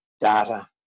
data